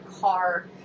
car